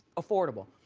affordable.